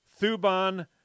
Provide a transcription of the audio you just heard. Thuban